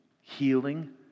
healing